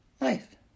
life